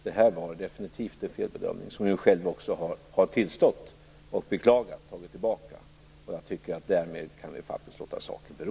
Det här var definitivt en felbedömning, som hon själv också har tillstått. Hon har beklagat och tagit tillbaka. Jag tycker att vi därmed faktiskt kan låta saken bero.